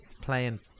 playing